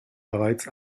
bereits